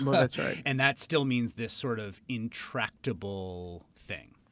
that's right. and that still means this sort of intractable thing.